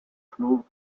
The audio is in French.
flots